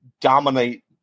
dominate